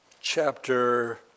chapter